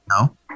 No